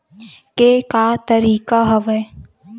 के का तरीका हवय?